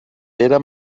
era